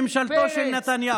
שהפלת את ממשלתו של נתניהו.